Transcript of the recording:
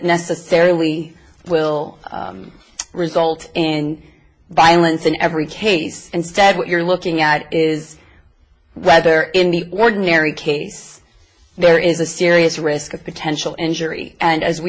necessary we will result and violence in every case instead what you're looking at is whether in the ordinary case there is a serious risk of potential injury and as we